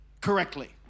correctly